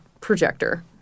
projector